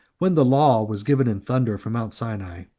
when the law was given in thunder from mount sinai,